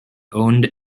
owned